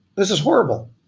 this is horrible.